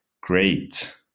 great